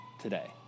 today